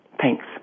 Thanks